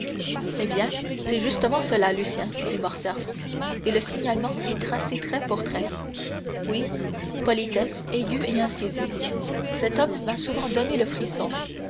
eh bien c'est justement cela lucien dit morcerf et le signalement est tracé trait pour trait oui politesse aiguë et incisive cet homme m'a souvent donné le frisson